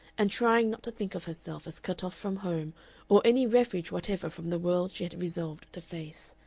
and trying not to think of herself as cut off from home or any refuge whatever from the world she had resolved to face.